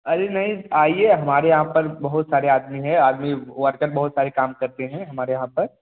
अरे नहीं आइए हमारे यहाँ पर बहुत सारे आदमी है आदमी वर्कर बहुत सारे काम करते हैं हमारे यहाँ पर